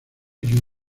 you